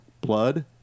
blood